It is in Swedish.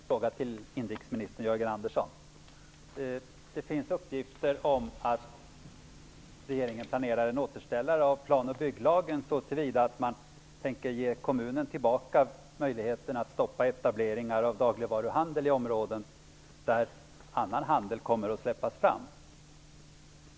Fru talman! Jag har en fråga till inrikesminister Jörgen Andersson. Det finns uppgifter om att regeringen planerar en återställare av plan och bygglagen så till vida att man tänker ge tillbaka kommunerna möjligheten att stoppa etableringar av dagligvaruhandel i områden där annan handel kommer att släppas fram.